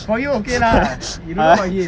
you for okay lah you don't know about him